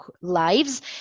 lives